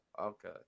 Okay